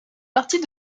partie